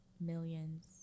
millions